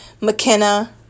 McKenna